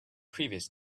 previous